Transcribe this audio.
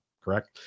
correct